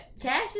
Cash